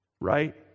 right